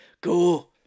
go